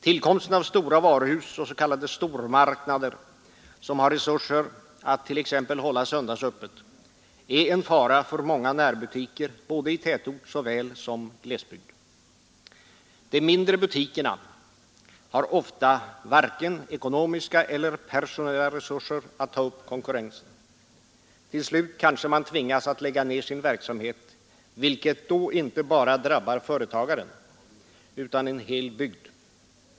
Tillkomsten av stora varuhus och s.k. stormarknader som har resurser att t.ex. hålla söndagsöppet är en fara för många närbutiker såväl i tätort som i glesbygd. De mindre butikerna har ofta varken ekonomiska eller personella resurser att ta upp konkurrensen. Till slut kanske man tvingas lägga ned sin verksamhet, vilket då inte bara drabbar företagaren utan en hel bygd.